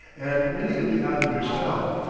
and many of the islanders fell,